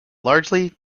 largely